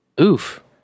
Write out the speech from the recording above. Oof